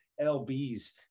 LBs